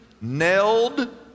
nailed